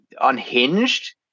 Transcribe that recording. unhinged